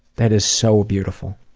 that is so beautiful.